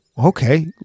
Okay